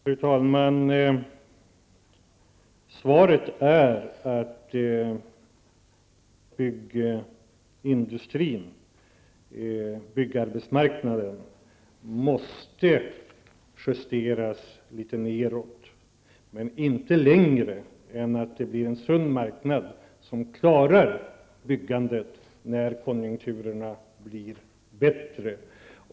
Fru talman! Svaret på den frågan är att byggindustrin, byggarbetsmarknaden, måste justeras litet nedåt. Men justeringen får inte vara alltför omfattande, utan marknaden måste förbli sund och klara byggandet när konjunkturerna blir bättre.